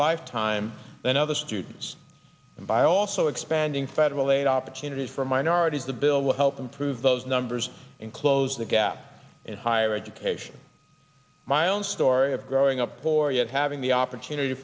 lifetime than other students and by also expanding federal aid opportunities for minorities the bill will help improve those numbers and close the gap in higher education my own story of growing up for yet having the opportunity to